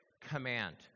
command